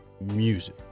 music